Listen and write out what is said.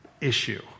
issue